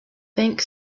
bank